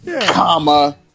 Comma